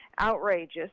outrageous